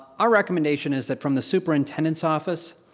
our recommendation is that from the superintendent's office,